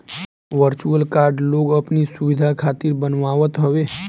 virtual card लोग अपनी सुविधा खातिर बनवावत हवे